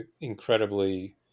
incredibly